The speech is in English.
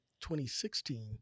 2016